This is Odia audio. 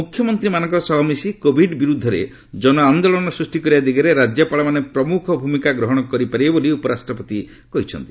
ମୁଖ୍ୟମନ୍ତ୍ରୀମାନଙ୍କ ସହ ମିଶି କୋଭିଡ୍ ବିରୋଧରେ ଜନ ଆନ୍ଦୋଳନ ସୃଷ୍ଟି କରିବା ଦିଗରେ ରାଜ୍ୟପାଳମାନେ ପ୍ରମୁଖ ଭୂମିକା ଗ୍ରହଣ କରିପାରିବେ ବୋଲି ଉପରାଷ୍ଟ୍ରପତି କହିଛନ୍ତି